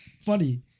funny